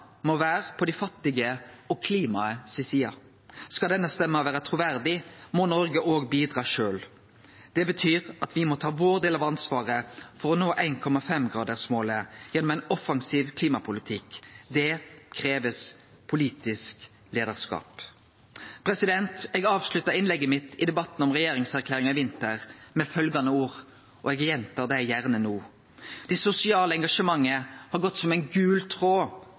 må vere på dei fattige si side og på klimaet si side. Skal denne stemma vere truverdig, må Noreg òg bidra sjølv. Det betyr at me må ta vår del av ansvaret for å nå 1,5-gradersmålet gjennom ein offensiv klimapolitikk. Det krev politisk leiarskap. Eg avslutta innlegget mitt i debatten om regjeringserklæringa i vinter med følgjande ord – og eg gjentar dei gjerne no: Det sosiale engasjementet har gått som ein gul tråd